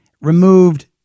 removed